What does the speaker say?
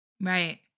Right